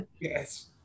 Yes